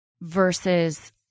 versus